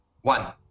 one